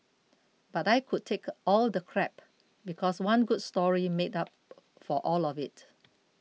but I could take all the crap because one good story made up for all of it